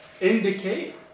indicate